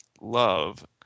love